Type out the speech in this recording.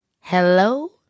Hello